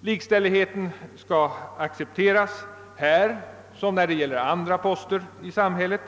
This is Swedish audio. Likställigheten skall accepteras när det gäller såväl denna som andra poster i samhället.